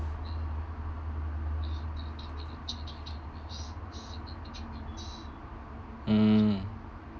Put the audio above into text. hmm